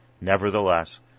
Nevertheless